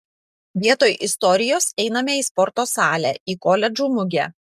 vietoj istorijos einame į sporto salę į koledžų mugę